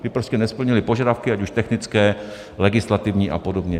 Ty prostě nesplnily požadavky ať už technické, legislativní a podobně.